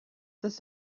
this